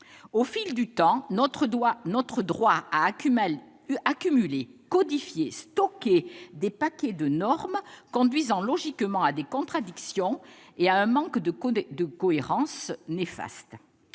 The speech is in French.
Au fil du temps, notre droit a accumulé, codifié, stocké des paquets de normes conduisant logiquement à des contradictions et à un manque de cohérence néfaste.